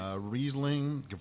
Riesling